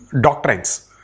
doctrines